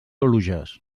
oluges